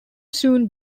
soon